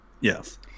Yes